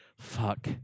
Fuck